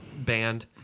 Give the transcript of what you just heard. band